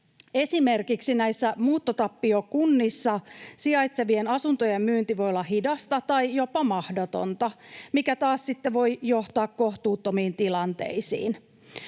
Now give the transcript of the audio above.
Esimerkiksi muuttotappiokunnissa sijaitsevien asuntojen myynti voi olla hidasta tai jopa mahdotonta, mikä taas sitten voi johtaa kohtuuttomiin tilanteisiin.